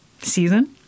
season